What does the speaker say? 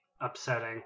upsetting